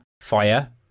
FIRE